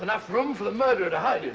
enough room for the murder to h